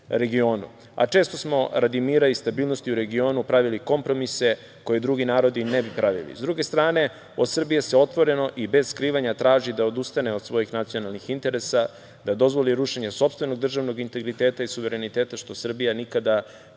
a često smo radi mira i stabilnosti u regionu pravili kompromise, koje drugi narodi ne bi pravili.S druge strane, od Srbije se otvoreno i bez skrivanja traži da odustane od svojih nacionalnih interesa, da dozvoli rušenje sopstvenog državnog integriteta i suvereniteta, što Srbija nikada kao ucenu